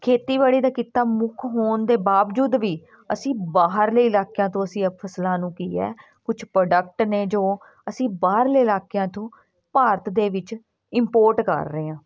ਖੇਤੀਬਾੜੀ ਦਾ ਕਿੱਤਾ ਮੁੱਖ ਹੋਣ ਦੇ ਬਾਵਜੂਦ ਵੀ ਅਸੀਂ ਬਾਹਰਲੇ ਇਲਾਕਿਆਂ ਤੋਂ ਅਸੀਂ ਫ਼ਸਲਾਂ ਨੂੰ ਕੀ ਹੈ ਕੁਛ ਪ੍ਰੋਡਕਟ ਨੇ ਜੋ ਅਸੀਂ ਬਾਹਰਲੇ ਇਲਾਕਿਆਂ ਤੋਂ ਭਾਰਤ ਦੇ ਵਿੱਚ ਇੰਪੋਰਟ ਕਰ ਰਹੇ ਹਾਂ